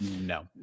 No